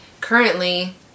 currently